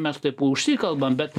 mes taipo užsikalbam bet